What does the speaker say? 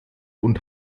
und